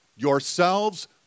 yourselves